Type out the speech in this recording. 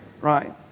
Right